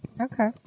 Okay